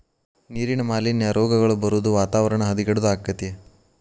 ನೇರಿನ ಮಾಲಿನ್ಯಾ, ರೋಗಗಳ ಬರುದು ವಾತಾವರಣ ಹದಗೆಡುದು ಅಕ್ಕತಿ